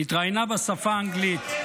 התראיינה בשפה האנגלית,